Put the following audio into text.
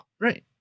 Right